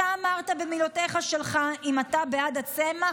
אתה אמרת במילותיך שלך: אם אתה בעד הצמח,